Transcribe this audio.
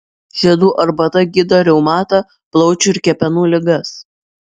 žiedų arbata gydo reumatą plaučių ir kepenų ligas